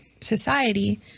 society